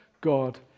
God